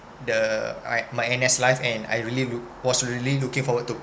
the I my N_S life and I really look was really looking forward to